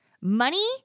Money